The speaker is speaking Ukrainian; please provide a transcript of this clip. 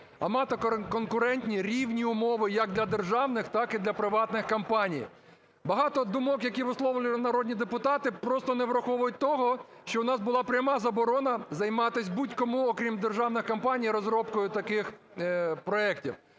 а мати конкурентні рівні умови як для державних, так я для приватних компаній. Багато думок, які висловлювали народні депутати, просто не враховують того, що в нас була пряма заборона займатися будь-кому, окрім державних компаній, розробкою таких проектів.